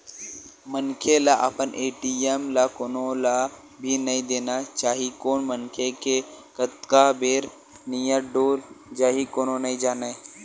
मनखे ल अपन ए.टी.एम ल कोनो ल भी नइ देना चाही कोन मनखे के कतका बेर नियत डोल जाही कोनो नइ जानय